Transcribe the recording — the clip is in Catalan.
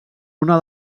una